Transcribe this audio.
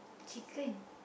chicken